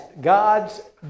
God's